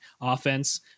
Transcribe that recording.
offense